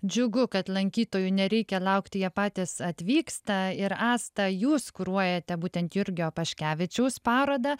džiugu kad lankytojų nereikia laukti jie patys atvyksta ir asta jūs kuruojate būtent jurgio paškevičiaus parodą